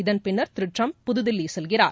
இதன் பின்னர் திருட்டிரம்ப் புதுதில்லிசெல்கிறார்